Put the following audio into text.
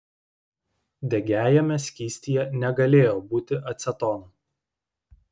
degiajame skystyje negalėjo būti acetono